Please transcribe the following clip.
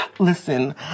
Listen